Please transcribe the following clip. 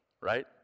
right